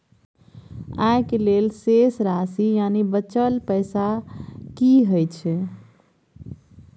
आय के लेल शेष राशि यानि बचल पैसा की हय?